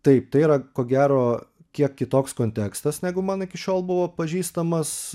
taip tai yra ko gero kiek kitoks kontekstas negu man iki šiol buvo pažįstamas